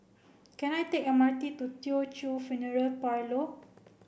can I take M R T to Teochew Funeral Parlour